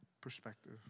perspective